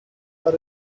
are